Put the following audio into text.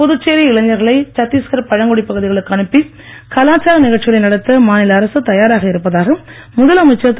புதுச்சேரி இளைஞர்களை சத்தீஸ்கர் பழங்குடி பகுதிகளுக்கு அனுப்பி கலாச்சார நிகழ்ச்சிகளை நடத்த மாநில அரசு தாயராக இருப்பதாக முதலமைச்சர் திரு